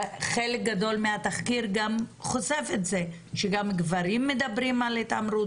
חלק גדול מהתחקיר גם חושף את זה שגם גברים מדברים על התעמרות,